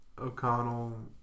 O'Connell